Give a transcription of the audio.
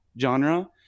genre